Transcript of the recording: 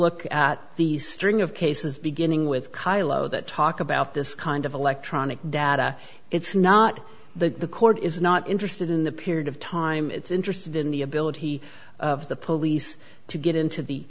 look at the string of cases beginning with kyle o that talk about this kind of electronic data it's not the court is not interested in the period of time it's interested in the ability of the police to get into the